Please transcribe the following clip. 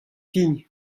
din